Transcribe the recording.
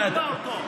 לא אני אתבע אותו.